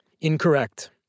Incorrect